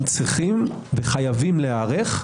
הם צריכים וחייבים להיערך,